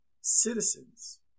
citizens